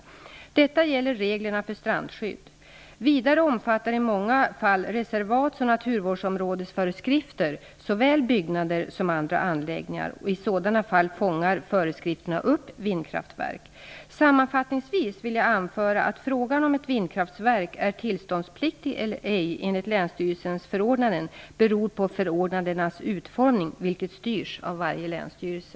Detta gäller för strandskydd. Vidare omfattar i många fall reservats och naturvårdsområdesföreskrifter såväl byggnader som andra anläggningar. I sådana fall fångar föreskrifterna upp vindkraftverk. Sammanfattningsvis vill jag anföra att frågan om ett vindkraftverk är tillståndspliktigt eller ej enligt länsstyrelsernas förordnanden beror på förordnandenas utformning, vilket styrs av varje länsstyrelse.